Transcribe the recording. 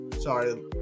Sorry